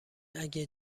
اگه